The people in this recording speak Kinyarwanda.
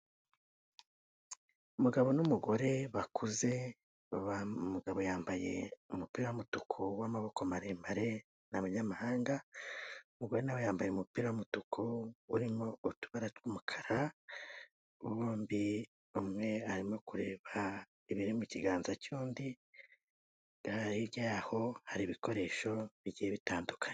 Umugabo n'umugore bakuze, umugabo yambaye umupira w'umutuku w'amaboko maremare, ni abanyamahanga, umugore we yambaye umupira w'umutuku urimo utubara tw'umukara, bombi umwe arimo kureba ibiri mu kiganza cy'undi, hirya yaho hari ibikoresho bigiye bitandukanye.